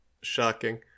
Shocking